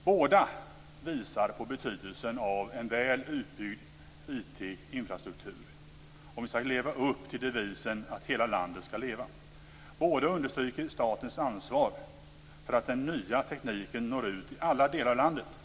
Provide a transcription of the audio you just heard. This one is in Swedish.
Båda visar på betydelsen av en väl utbyggd IT-infrastruktur om vi skall leva upp till devisen att hela landet skall leva. Båda understryker statens ansvar för att den nya tekniken når ut i alla delar av landet.